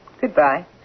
Goodbye